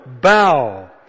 bow